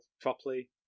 properly